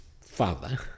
father